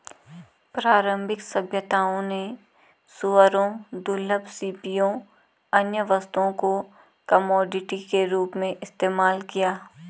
प्रारंभिक सभ्यताओं ने सूअरों, दुर्लभ सीपियों, अन्य वस्तुओं को कमोडिटी के रूप में इस्तेमाल किया